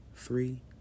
Three